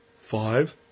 Five